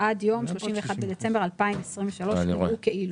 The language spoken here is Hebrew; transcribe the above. "עד יום 31 בדצמבר 2023 יראו כאילו".